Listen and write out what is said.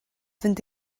fynd